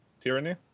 Tyranny